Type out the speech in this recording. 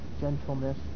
gentleness